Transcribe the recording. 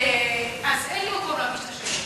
אז אין לי מקום להגיש את השאלות.